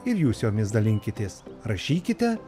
ir jūs jomis dalinkitės rašykite